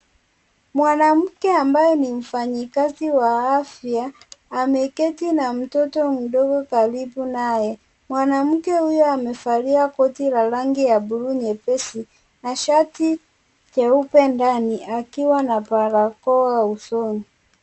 Mwanamke ambaye ni mfanyikazi wa afya. Ameketi na mtoto mdogo karibu naye. Mwanamke huyo, amevalia koti la rangi ya blue nyepesi na shati jeupe ndani, akiwa na balakoa usoni.